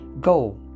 Go